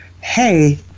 hey